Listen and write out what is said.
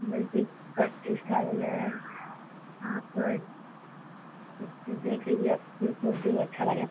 multi cut style है आप सब तो देख लीजिए आपको जो अच्छा लगे